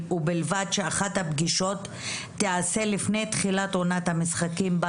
ובלבד שאחת הפגישות תיעשה לפני תחילת עונת המשחקים בה